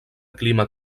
clima